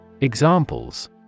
Examples